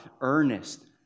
earnest